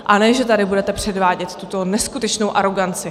A ne že tady budete předvádět tuto neskutečnou aroganci.